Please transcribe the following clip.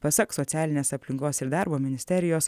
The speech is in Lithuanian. pasak socialinės aplinkos ir darbo ministerijos